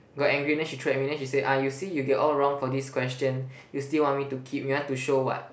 got angry then she throw at me then she say ah you see you get all wrong for this question you still want me to keep you want to show what